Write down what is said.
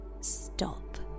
stop